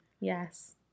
Yes